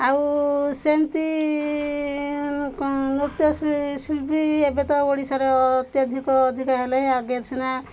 ଆଉ ସେମତି ନୃତ୍ୟ ଶି ଶିଳ୍ପୀ ଏବେ ତ ଓଡ଼ିଶାର ଅତ୍ୟଧିକ ଅଧିକ ହେଲେଇଁ ଆଗେ ସିନା